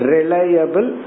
Reliable